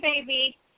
baby